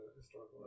historical